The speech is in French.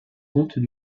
comtes